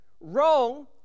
wrong